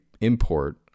import